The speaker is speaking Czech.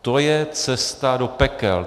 To je cesta do pekel.